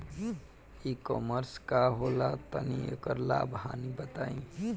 ई कॉमर्स का होला तनि एकर लाभ हानि बताई?